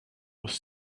was